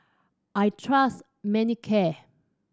I trust Manicare